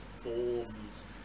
forms